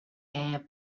have